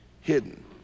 hidden